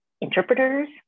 interpreters